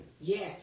Yes